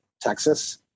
texas